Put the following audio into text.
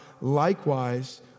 likewise